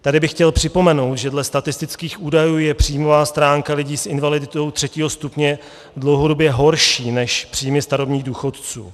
Tady bych chtěl připomenout, že dle statistických údajů je příjmová stránka lidí s invaliditou třetího stupně dlouhodobě horší než příjmy starobních důchodců.